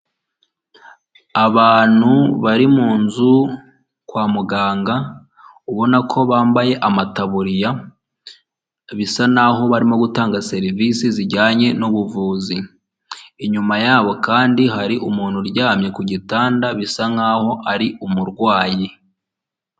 Umuhanda w'umukara aho uganisha ku bitaro byitwa Sehashiyibe, biri mu karere ka Huye, aho hahagaze umuntu uhagarika imodoka kugirango babanze basuzume icyo uje uhakora, hakaba hari imodoka nyinshi ziparitse.